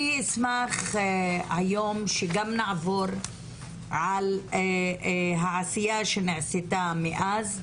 אני אשמח היום שגם נעבור על העשייה שנעשתה מאז,